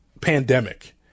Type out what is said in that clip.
pandemic